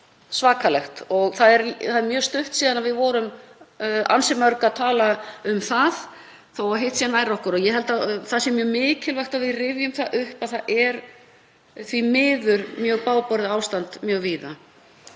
svakalegt og mjög stutt síðan við vorum ansi mörg að tala um það, þó að hitt sé nær okkur. Ég held að það sé mjög mikilvægt að við rifjum upp að það er því miður mjög bágborið ástand mjög víða.